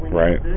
right